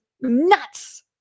nuts